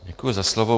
Děkuji za slovo.